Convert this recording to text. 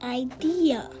idea